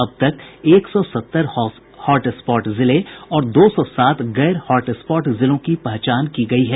अब तक एक सौ सत्तर हॉटस्पॉट जिले और दो सौ सात गैर हॉटस्पॉट जिलों की पहचान की गई है